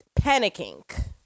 panicking